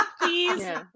please